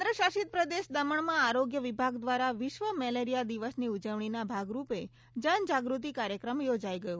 કેન્દ્ર શાસિત પ્રદેશ દમણમાં આરોગ્ય વિભાગ દ્વારા વિશ્વ મેલેરિયા દિવસની ઉજવણીના ભાગરૂપે જનજાગૃતિ કાર્યક્રમ યોજાઈ ગયો